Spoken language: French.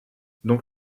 donc